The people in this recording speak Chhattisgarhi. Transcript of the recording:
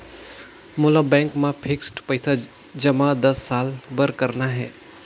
मोला बैंक मा फिक्स्ड पइसा जमा दस साल बार करना हे?